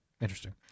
interesting